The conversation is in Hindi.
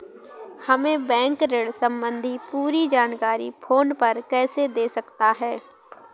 हमें बैंक ऋण संबंधी पूरी जानकारी फोन पर कैसे दे सकता है?